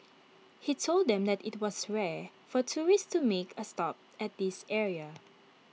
he told them that IT was rare for tourists to make A stop at this area